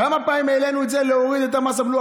כמה פעמים העלינו את זה, להוריד את מס הבלו?